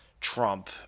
Trump